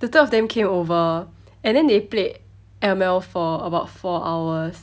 the two of them came over and then they played M_L for about four hours